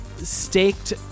staked